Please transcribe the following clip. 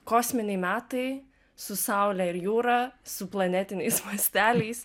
kosminiai metai su saule ir jūra su planetiniais masteliais